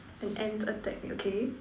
an ant attack okay